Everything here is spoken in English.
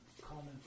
comment